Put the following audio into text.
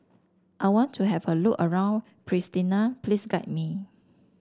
I want to have a look around Pristina please guide me